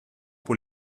pour